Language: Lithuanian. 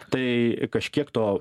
tai kažkiek to